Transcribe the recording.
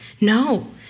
No